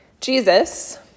Jesus